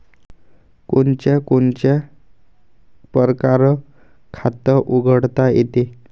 कोनच्या कोनच्या परकारं खात उघडता येते?